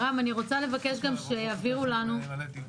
אי-אפשר כי יש מלא דיונים.